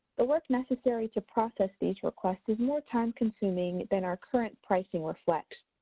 the work necessary to process these requests is more time consuming than our current pricing reflects.